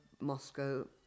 Moscow